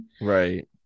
Right